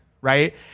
right